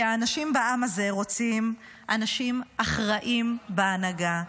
כי האנשים בעם הזה רוצים אנשים אחראיים בהנהגה,